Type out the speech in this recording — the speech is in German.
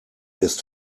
ist